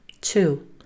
Two